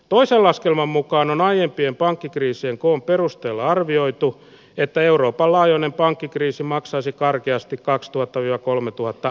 paiselaskelman mukaan on aiempien pankkikriisin koon perusteella arvioitu että euroopan laajuinen pankkikriisi maksaisi karkeasti kaksituhatta ja kolmetuhatta